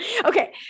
Okay